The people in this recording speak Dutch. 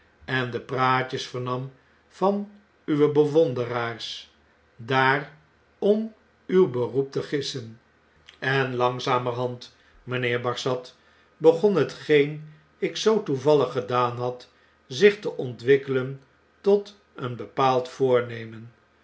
en de praatjes vernam van uwe bewonderaars daar om uw beroep te gissen en langzamerhand mynheer barsad begon hetgeenik zoo toevallig gedaan had zich te ontwikkelen tot een bepaald voornemen